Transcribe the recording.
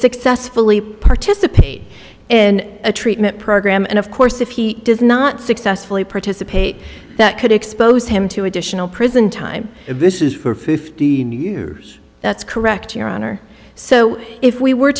successfully participate in a treatment program and of course if he does not successfully participate that could expose him to additional prison time this is for fifteen years that's correct your honor so if we were